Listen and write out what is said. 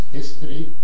history